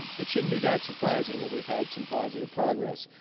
it shouldn't be that surprising that we've had some positive progress.